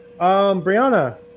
Brianna